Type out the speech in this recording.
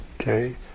Okay